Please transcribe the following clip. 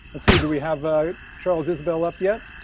let's see, do we have ah charles isbell up yet?